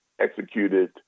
executed